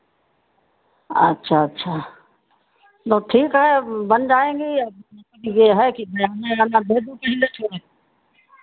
अच्छा अच्छा तो ठीक है अब बन जाएँगी अब ये है कि बयाना ओयाना दे दो पहले थोड़ा